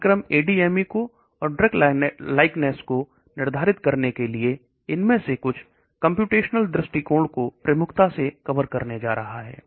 पाठ्यक्रम ADME और समानता को निर्धारित करने के लिए इनमें से कुछ कंप्यूटेशनल दृष्टिकोण को प्रमुखता से अवर करने जा रहा है